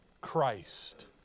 Christ